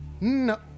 No